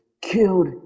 killed